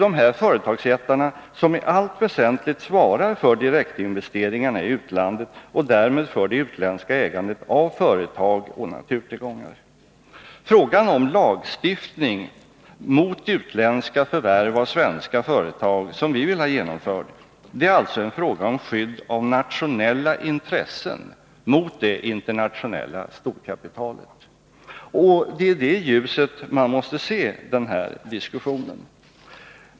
Dessa företagsjättar svarar i allt väsentligt för direktinvesteringarna i utlandet och därmed för det utländska ägandet av företag och naturtillgångar. Den lagstiftning mot utländska förvärv av svenska företag som vi vill ha genomförd gäller alltså ett skydd av nationella intressen mot det internationella storkapitalet. I det ljuset måste man se denna diskussion.